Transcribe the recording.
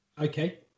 Okay